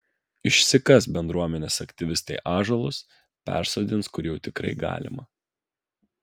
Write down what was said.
išsikas bendruomenės aktyvistai ąžuolus persodins kur jau tikrai galima